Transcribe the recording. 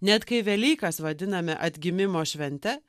net kai velykas vadiname atgimimo švente